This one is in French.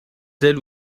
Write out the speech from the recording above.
tel